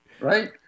Right